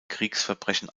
kriegsverbrechen